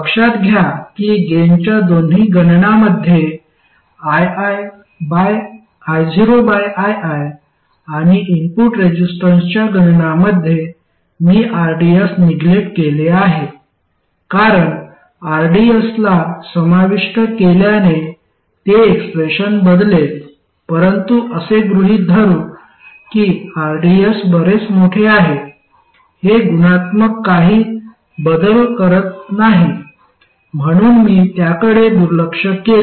लक्षात घ्या की गेनच्या दोन्ही गणनामध्ये io बाय ii आणि इनपुट रेसिस्टन्सच्या गणनामध्ये मी rds निग्लेक्ट केले आहे कारण rds ला समाविष्ट केल्याने ते एक्सप्रेशन बदलेल परंतु असे गृहीत धरु की rds बरेच मोठे आहे हे गुणात्मक काही बदल करत नाही म्हणून मी त्याकडे दुर्लक्ष केले